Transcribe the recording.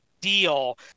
deal